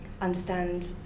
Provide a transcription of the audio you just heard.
understand